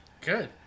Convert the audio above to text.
Good